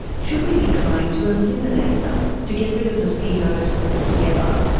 should we be trying to eliminate them, to get rid of mosquitoes all together?